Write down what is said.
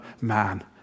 man